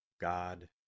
God